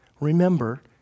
remember